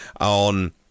on